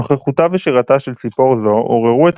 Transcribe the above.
נוכחותה ושירתה של ציפור זו עוררו את